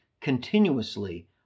continuously